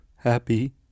Happy